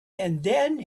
then